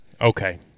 okay